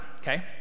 okay